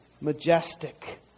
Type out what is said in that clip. majestic